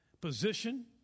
position